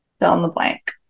fill-in-the-blank